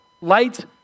light